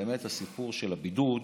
באמת הסיפור של הבידוד,